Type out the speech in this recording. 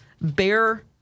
bear